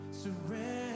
surrender